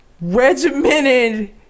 regimented